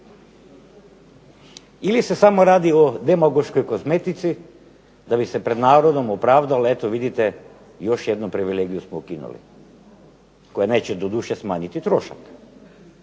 Ili se samo radi o demagoškoj kozmetici da bi se pred narodom opravdalo, eto vidite još jednu privilegiju smo ukinuli koja neće doduše smanjiti trošak